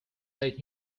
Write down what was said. let